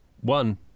One